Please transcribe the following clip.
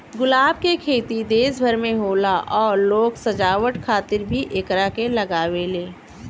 गुलाब के खेती देश भर में होला आ लोग सजावट खातिर भी एकरा के लागावेले